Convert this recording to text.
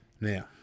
Now